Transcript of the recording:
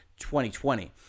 2020